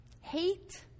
hate